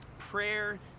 prayer